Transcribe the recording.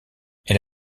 elle